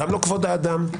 גם לא כבוד האדם,